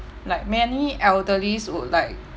like many elderlies would like